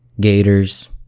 gators